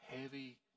heavy